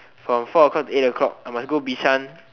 from four o-clock to eight o-clock I must go Bishan